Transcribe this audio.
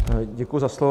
Děkuji za slovo.